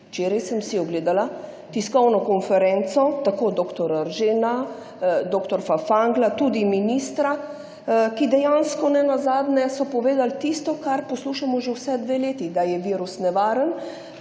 Včeraj sem si ogledala tiskovno konferenco tako dr. Eržena, dr. Fafangla, tudi ministra, ki so dejansko nenazadnje povedali tisto, kar poslušamo že vsaj dve leti, da je virus nevaren,